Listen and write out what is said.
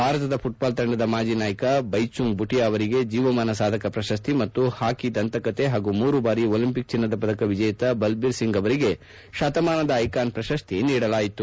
ಭಾರತದ ಫುಟ್ಗಾಲ್ ತಂಡದ ಮಾಜಿ ನಾಯಕ ಬ್ಲೆಚುಂಗ್ ಭುಟಿಯಾ ಅವರಿಗೆ ಜೀವಮಾನ ಸಾಧಕ ಪ್ರಶಸ್ತಿ ಮತ್ತು ಹಾಕಿ ದಂತಕತೆ ಹಾಗೂ ಮೂರು ಬಾರಿ ಒಲಂಪಿಕ್ ಚಿನ್ನದ ಪದಕ ವಿಜೇತ ಬಲ್ಬೀರ್ ಸಿಂಗ್ ಅವರಿಗೆ ಶತಮಾನದ ಐಕಾನ್ ಪ್ರಶಸ್ತಿ ನೀಡಲಾಯಿತು